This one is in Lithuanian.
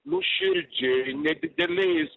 nuoširdžiai nedideliais